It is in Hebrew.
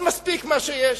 אז מספיק מה שיש.